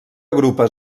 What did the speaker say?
agrupa